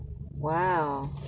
wow